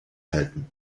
halten